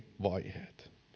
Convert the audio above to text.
vaiheet